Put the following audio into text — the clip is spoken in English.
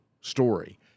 story